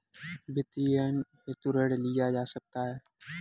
वित्तीयन हेतु ऋण लिया जा सकता है